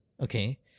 Okay